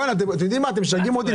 אתם משגעים אותי.